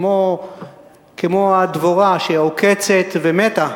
כמו הדבורה שעוקצת ומתה,